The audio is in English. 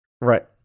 Right